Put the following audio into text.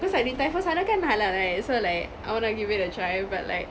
cause like Din Tai Fung sana kan halal right so like I want to give it a try but like